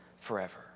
forever